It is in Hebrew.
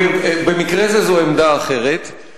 במקרה זה זו עמדה אחרת,